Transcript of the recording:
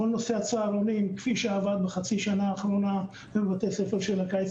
כל נושא הצהרונים כפי שעבד בחצי שנה האחרונה בבתי ספר של הקיץ,